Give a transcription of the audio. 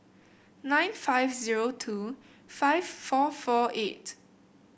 nine five zero two five four four eight